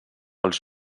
els